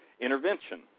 intervention